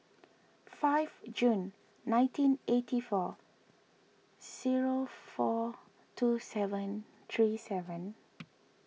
five June nineteen eighty four zero four two seven three seven